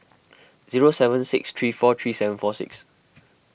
zero seven six three four three seven four six